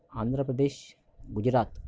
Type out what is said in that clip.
Andhra Pradesh Gujarat